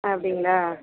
அப்படிங்களா